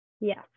Yes